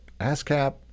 ASCAP